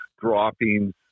droppings